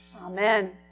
amen